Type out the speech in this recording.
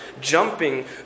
jumping